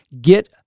Get